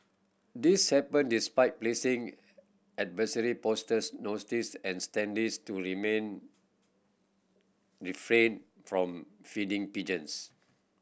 this happen despite placing advisory posters notice and standees to remain refrain from feeding pigeons